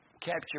capture